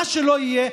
מה שלא יהיה,